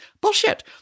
Bullshit